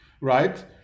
right